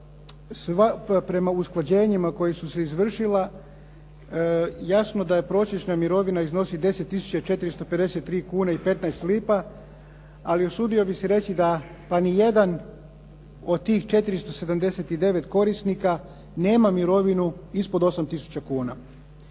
prema usklađenjima koja su se izvršila jasno da prosječna mirovina iznosi 10 tisuća 453 kune i 15 lipa, ali usudio bih se reći da pa ni jedan od tih 479 korisnika nema mirovinu ispod 8 tisuća kuna.